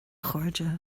chairde